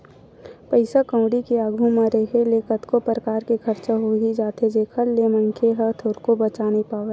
पइसा कउड़ी के आघू म रेहे ले कतको परकार के खरचा होई जाथे जेखर ले मनखे ह थोरको बचा नइ पावय